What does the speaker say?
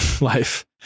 life